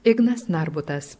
ignas narbutas